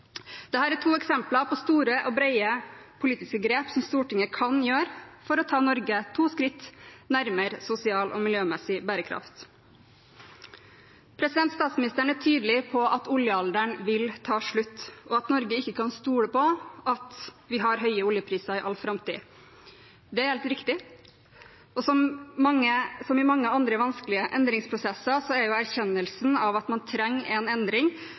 er to eksempler på store og brede politiske grep som Stortinget kan gjøre for å ta Norge to skritt nærmere sosial og miljømessig bærekraft. Statsministeren er tydelig på at oljealderen vil ta slutt, og at Norge ikke kan stole på at vi har høye oljepriser i all framtid. Det er helt riktig, og som i mange andre vanskelige endringsprosesser er erkjennelsen av at man trenger en endring,